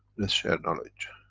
let's share knowledge.